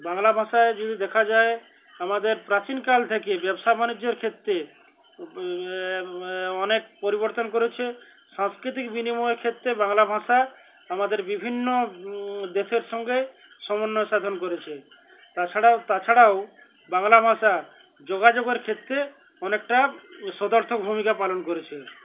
বাংলা ভাষায় যদি দেখা যায় আমাদের প্রাচীনকাল থেকে ব্যবসা বাণিজ্যের ক্ষেত্রে অনেক পরিবর্তন করেছে সাংস্কৃতিক বিনিময়ের ক্ষেত্রে বাংলা ভাষা আমাদের বিভিন্ন দেশের সঙ্গে সমন্বয় সাধন করেছে তাছাড়াও তাছাড়াও বাংলা ভাষা যোগাযোগের ক্ষেত্রে অনেকটা সদার্থ ভূমিকা পালন করেছে